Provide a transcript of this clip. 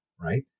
right